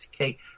Okay